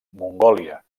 mongòlia